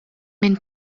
minn